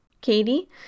Katie